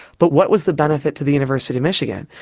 but what was the benefit to the university of michigan?